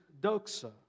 Doxa